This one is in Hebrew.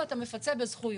ואתה מפצה בזכויות.